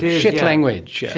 shit language? yeah